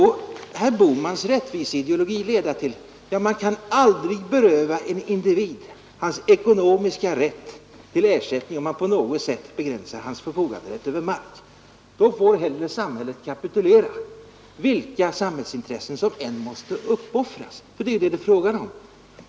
Skall man verkligen följa herr Bohmans rättviseideologi och säga att man aldrig kan beröva en individ hans 189 ekonomiska rätt till ersättning, om man på något sätt begränsar hans förfoganderätt över mark? Då får hellre samhället kapitulera, vilka samhällsintressen som än måste uppoffras — det är ju det som det är fråga om.